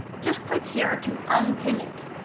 just click here to unpin it.